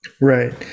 Right